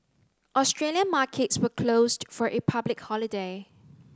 Australian markets were closed for a public holiday